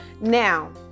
Now